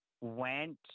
went